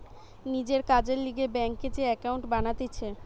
নিজের কাজের লিগে ব্যাংকে যে একাউন্ট বানাতিছে